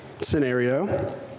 scenario